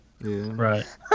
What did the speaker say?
right